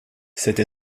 cette